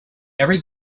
every